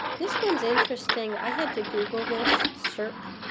this one's interesting. i had to google this circ.